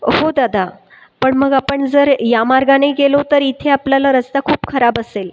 हो दादा पण मग आपण जर या मार्गाने गेलो तर इथे आपल्याला रस्ता खूप खराब असेल